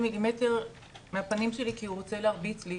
מילימטר מהפנים שלי כי הוא רוצה להרביץ לי.